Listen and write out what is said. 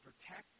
protect